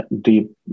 deep